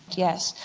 yes.